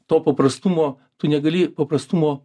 to paprastumo tu negali paprastumo